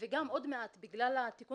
לתת